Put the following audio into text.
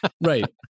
Right